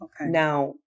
Now